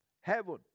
Heaven